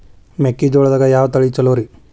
ಮೆಕ್ಕಿಜೋಳದಾಗ ಯಾವ ತಳಿ ಛಲೋರಿ?